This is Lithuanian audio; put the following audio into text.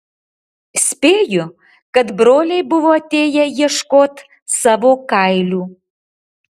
spėju kad broliai buvo atėję ieškot savo kailių